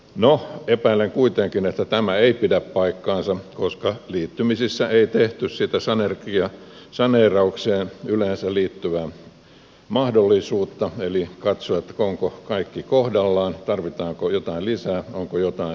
no epäilen kuitenkin että tämä ei pidä paikkaansa koska liittymisissä ei tehty sitä saneeraukseen yleensä liittyvää mahdollisuutta eli katsottu onko kaikki kohdallaan tarvitaanko jotain lisää onko jotain liikaa